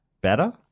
better